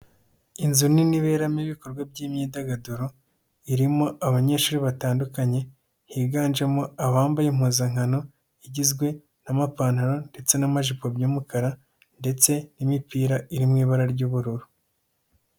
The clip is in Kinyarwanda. Inzu nini iberamo ibikorwa by'imyidagaduro, irimo abanyeshuri batandukanye, higanjemo abambaye impuzankano, igizwe n'amapantaro ndetse n'amajipo by'umukara ndetse n'imipira iri mu ibara ry'ubururu.